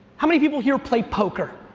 how many people here play poker?